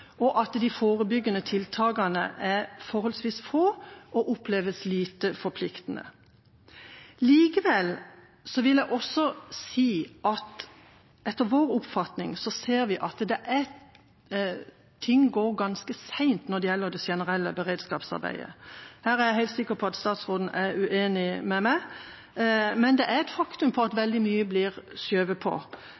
og at de forebyggende tiltakene er forholdsvis få og oppleves lite forpliktende. Likevel vil jeg også si at ting etter vår oppfatning går ganske sent når det gjelder det generelle beredskapsarbeidet. Her er jeg helt sikker på at statsråden er uenig med meg, men det er et faktum at veldig mye blir skjøvet på